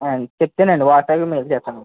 చెప్తానండి వాట్సాప్లో మెసేజ్ చేస్తాను